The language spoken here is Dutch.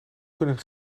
kunnen